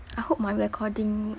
I hope my recording